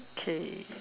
okay